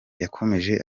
yakomeje